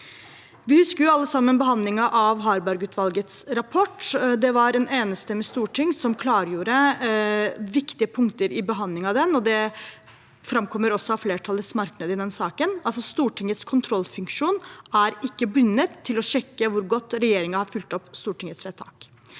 Vi husker alle sammen behandlingen av Harbergutvalgets rapport. Det var et enstemmig storting som klargjorde viktige punkter i behandlingen av den, og det framkommer også av flertallets merknad i den saken. Stortingets kontrollfunksjon er ikke bundet til å sjekke hvor godt regjeringen har fulgt opp Stortingets vedtak.